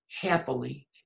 happily